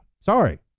sorry